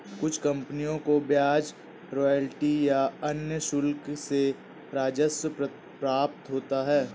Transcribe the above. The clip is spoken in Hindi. कुछ कंपनियों को ब्याज रॉयल्टी या अन्य शुल्क से राजस्व प्राप्त होता है